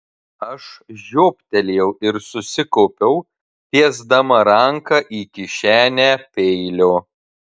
aš žioptelėjau ir susikaupiau tiesdama ranką į kišenę peilio